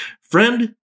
Friend